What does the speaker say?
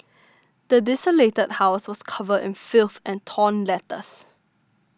the desolated house was covered in filth and torn letters